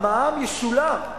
המע"מ ישולם,